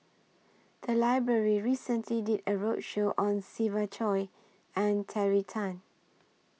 The Library recently did A roadshow on Siva Choy and Terry Tan